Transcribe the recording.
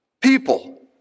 people